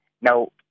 now